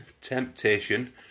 Temptation